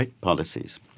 policies